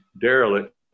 derelict